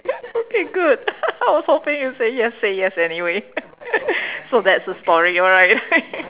okay good I was hoping you say yes say yes anyway so that's the story alright